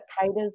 caters